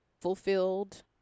fulfilled